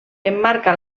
emmarca